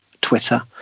Twitter